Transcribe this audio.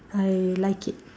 I like it